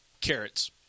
Carrots